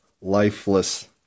lifeless